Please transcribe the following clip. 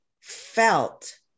felt